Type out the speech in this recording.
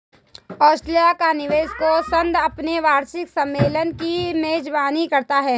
Australia का निवेश कोष संघ अपने वार्षिक सम्मेलन की मेजबानी करता है